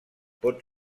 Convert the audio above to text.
pot